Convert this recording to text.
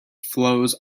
flows